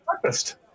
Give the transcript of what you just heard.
breakfast